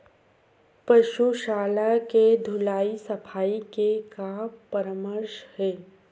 पशु शाला के धुलाई सफाई के का परामर्श हे?